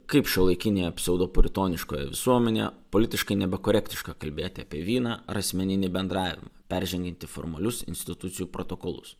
kaip šiuolaikinėje pseudo puritoniškoji visuomenė politiškai nekorektiška kalbėti apie vyną ar asmeninį bendravimą peržengianti formalius institucijų protokolus